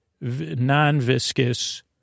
non-viscous